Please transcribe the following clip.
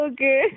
Okay